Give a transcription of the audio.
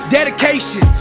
Dedication